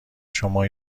شما